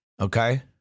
Okay